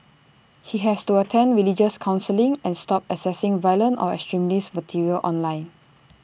he has to attend religious counselling and stop accessing violent or extremist material online